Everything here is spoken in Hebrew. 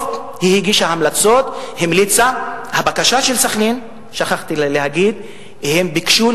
בחוק של המועצה להשכלה גבוהה